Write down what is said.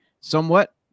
somewhat